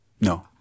no